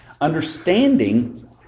Understanding